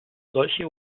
solche